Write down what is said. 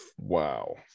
Wow